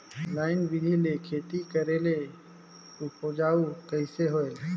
Line बिधी ले खेती करेले उपजाऊ कइसे होयल?